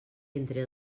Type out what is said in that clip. entre